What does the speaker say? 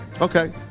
Okay